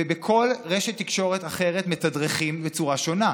ובכל רשת תקשורת אחרת מתדרכים בצורה שונה.